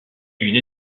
une